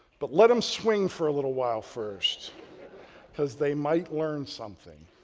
but let them swing for a little while first because they might learn something,